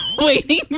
waiting